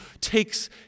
takes